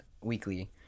weekly